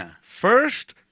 First